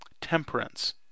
Temperance